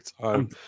time